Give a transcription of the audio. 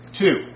two